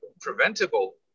preventable